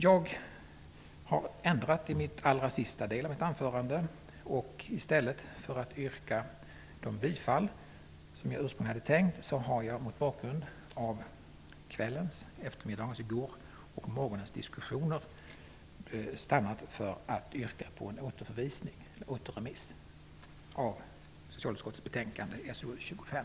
Jag har gjort en ändring i den allra sista delen av mitt förberedda anförande. I stället för de bifallsyrkanden som jag ursprungligen hade tänkt framföra har jag, mot bakgrund av diskussionerna under gårdagens eftermiddag och kväll samt under morgonen stannat för att yrka på återremiss av socialutskottets betänkande SoU25.